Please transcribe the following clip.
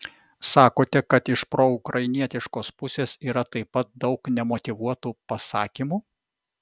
sakote kad iš proukrainietiškos pusės yra taip pat daug nemotyvuotų pasakymų